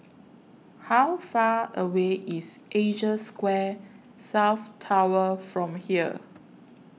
How Far away IS Asia Square South Tower from here